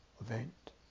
event